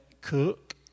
cook